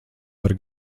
var